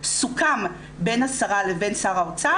סוכם בין השרה לבין שר האוצר.